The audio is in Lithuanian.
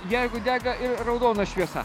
jeigu dega ir raudona šviesa